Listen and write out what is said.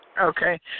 Okay